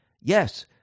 yes